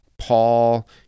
paul